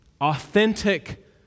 Authentic